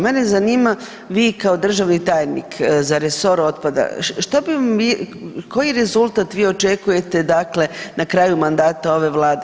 Mene zanima vi kao državni tajnik za resor otpada šta bi vi, koji rezultat vi očekujete dakle na kraju mandata ove Vlade?